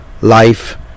life